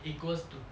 equals to